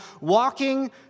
walking